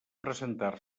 presentar